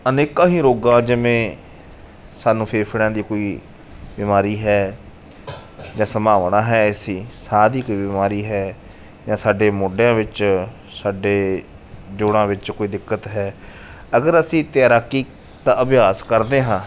ਅਨੇਕਾਂ ਹੀ ਰੋਗਾਂ ਜਿਵੇਂ ਸਾਨੂੰ ਫੇਫੜਿਆਂ ਦੀ ਕੋਈ ਬਿਮਾਰੀ ਹੈ ਜਾਂ ਸੰਭਾਵਨਾ ਹੈ ਐਸੀ ਸਾਹ ਦੀ ਕੋਈ ਬਿਮਾਰੀ ਹੈ ਜਾਂ ਸਾਡੇ ਮੋਢਿਆਂ ਵਿੱਚ ਸਾਡੇ ਜੋੜਾਂ ਵਿੱਚ ਕੋਈ ਦਿੱਕਤ ਹੈ ਅਗਰ ਅਸੀਂ ਤੈਰਾਕੀ ਦਾ ਅਭਿਆਸ ਕਰਦੇ ਹਾਂ